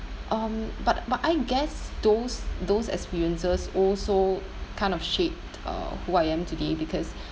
um but but I guess those those experiences also kind of shaped uh who I am today because